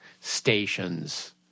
stations